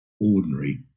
ordinary